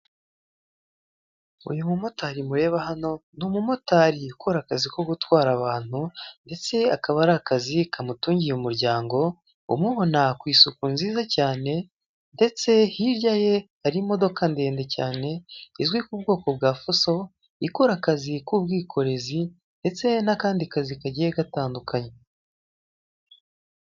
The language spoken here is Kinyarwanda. Uyu mu motari mureba hano ni umumotari ukora akazi ko gutwara abantu ndetse akaba ari akazi kamutungiye umuryango, umubona ku isuku nziza cyane, ndetse hirya ye hari imodoka ndende cyane izwi ku bwoko bwa fuso ikora akazi k'ubwikorezi, ndetse n'akandi kazi kagiye gatandukanye.